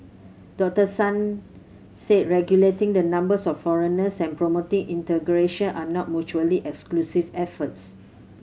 Doctor Tan said regulating the numbers of foreigners and promoting integration are not mutually exclusive efforts